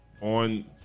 On